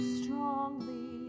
strongly